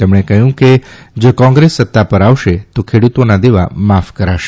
તેમણે કહ્યું કે જો કોંગ્રેસ સત્તા પર આવશે તો ખેડૂતોનાં દેવાં માફ કરાશે